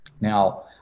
Now